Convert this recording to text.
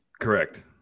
Correct